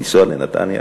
לנסוע לנתניה?